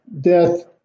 death